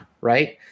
right